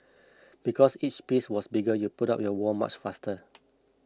because each piece was bigger you put up your wall much faster